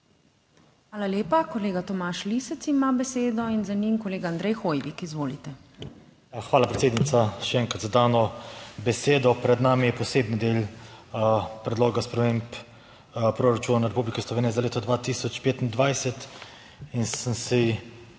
Hvala lepa. Kolega Tomaž Lisec ima besedo in za njim kolega Andrej Hoivik. Izvolite. **TOMAŽ LISEC (PS SDS):** Hvala, predsednica, še enkrat za dano besedo. Pred nami je posebni del Predloga sprememb proračuna Republike Slovenije za leto 2025 in sem si